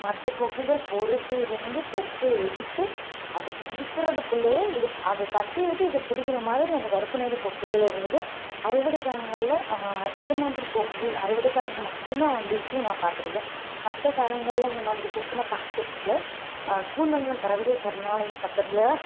மற்ற கொக்குகள் பொறுத்து இருந்து கொக்கை எடுத்து அதை பிடிக்கிறதுக்குள்ளயே இது அதை தட்டி விட்டு இதை பிடிக்கிறமாதிரி அந்த கருப்பு நிற கொக்குகள் இருந்துது அறுவடைக் காலங்களில் இந்த மாதிரி கொக்குகள் அறுவடை காலங்கள் மட்டுந்தான் வந்துச்சி நான் பார்த்துருக்கேன் மற்ற காலங்களில் இந்த மாதிரி கொக்க நான் பார்த்ததில்ல கூந்தங்குளம் பறவைகள் சரணாலயம் பக்கத்தில்